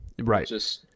Right